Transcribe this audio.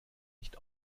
nicht